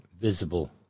visible